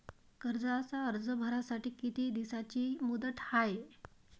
कर्जाचा अर्ज भरासाठी किती दिसाची मुदत हाय?